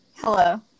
hello